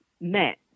met